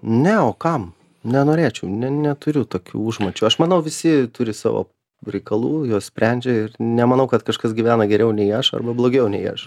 ne o kam nenorėčiau ne neturiu tokių užmačių aš manau visi turi savo reikalų juos sprendžia ir nemanau kad kažkas gyvena geriau nei aš arba blogiau nei aš